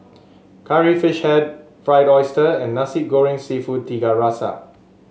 Curry Fish Head Fried Oyster and Nasi Goreng seafood Tiga Rasa